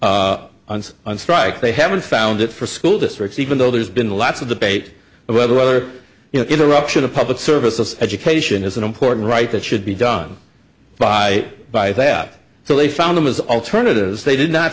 on strike they haven't found it for school districts even though there's been lots of debate whether whether you know interruption of public services education is an important right that should be done by by that so they found them as alternatives they did not